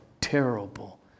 terrible